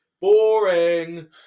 Boring